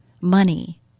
money